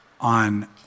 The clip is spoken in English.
on